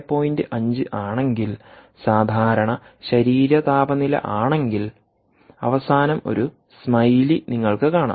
5 ആണെങ്കിൽ സാധാരണ ശരീര താപനില ആണെങ്കിൽഅവസാനം ഒരു സ്മൈലി നിങ്ങൾക്ക് കാണാം